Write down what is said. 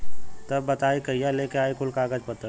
तब बताई कहिया लेके आई कुल कागज पतर?